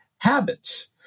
habits